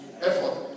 effort